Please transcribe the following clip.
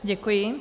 Děkuji.